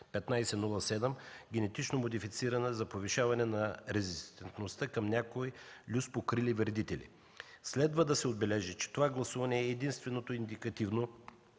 ТС1507 – генетично модифицирана, за повишаване на резистентността към някои люспокрили вредители. Следва да се отбележи, че това гласуване е единственото индикативно,